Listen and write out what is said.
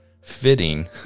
fitting